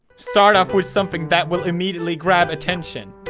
start off with something that will immediately grab attention.